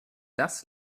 das